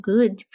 Good